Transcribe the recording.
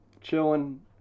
chilling